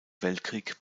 weltkrieg